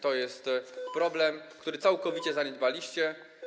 To jest problem, który całkowicie zaniedbaliście.